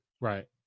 Right